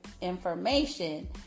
information